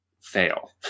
fail